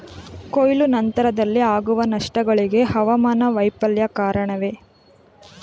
ಕೊಯ್ಲು ನಂತರದಲ್ಲಿ ಆಗುವ ನಷ್ಟಗಳಿಗೆ ಹವಾಮಾನ ವೈಫಲ್ಯ ಕಾರಣವೇ?